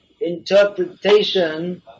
interpretation